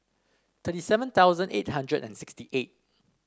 thirty seven thousand eight hundred and sixty eight